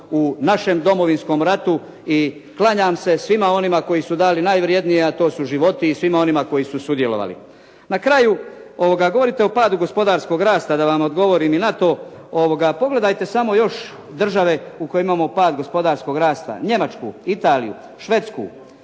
Na kraju, govorite o padu gospodarskog rasta. Da vam odgovorim i na to. Pogledajte samo još države u kojima imamo pad gospodarskog rasta Njemačku, Italiju, Švedsku,